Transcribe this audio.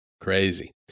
crazy